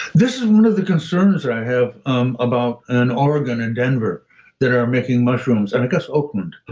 this is one of the concerns i have um about and oregon and denver that are making mushrooms, and i guess oakland,